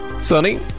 Sunny